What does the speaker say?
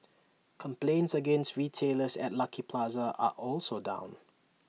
complaints against retailers at Lucky Plaza are also down